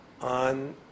on